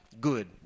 good